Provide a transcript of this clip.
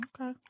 Okay